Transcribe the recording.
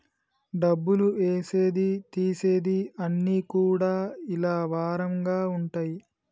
డబ్బులు ఏసేది తీసేది అన్ని కూడా ఇలా వారంగా ఉంటయి